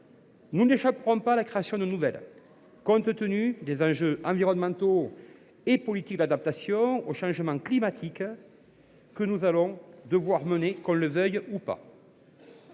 nous n’échapperons pas à la création de nouvelles normes, compte tenu des enjeux environnementaux et des politiques d’adaptation aux changements climatiques que nous allons devoir mener, qu’on le veuille ou non.